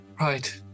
Right